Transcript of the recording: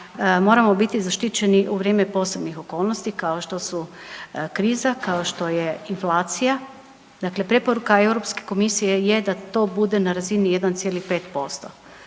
moramo biti zaštićeni u vrijeme posebnih okolnosti kao što su kriza, kao što su inflacija. Dakle, preporuka Europske komisije je da to bude na razini 1,5%.